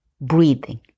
breathing